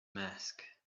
mask